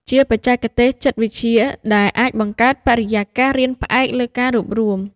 ជាបច្ចេកទេសចិត្តវិទ្យាដែលអាចបង្កើតបរិយាកាសរៀនផ្អែកលើការរួបរួម។